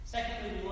Secondly